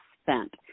spent